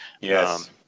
Yes